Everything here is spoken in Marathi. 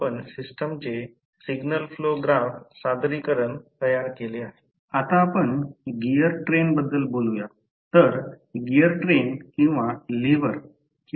आपण हा स्टेटर भाग पाहतो ते रोटर भाग म्हणतात कारण येथून आकृतीसह कदाचित दृश्याला कल्पनाशक्तीच्या आधारे किंचित माहित असू शकते